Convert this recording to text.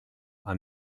are